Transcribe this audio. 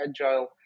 agile